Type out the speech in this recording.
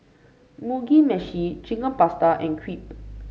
Mugi Meshi Chicken Pasta and Crepe